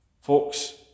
folks